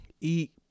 eat